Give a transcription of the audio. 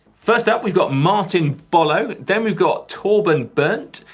first up, we've got martin bolo. then we've got thorben berndt.